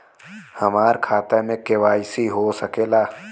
हमार खाता में के.वाइ.सी हो सकेला?